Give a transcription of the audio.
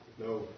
No